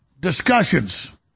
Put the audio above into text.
discussions